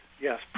yes